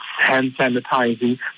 hand-sanitizing